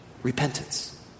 repentance